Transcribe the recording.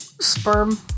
sperm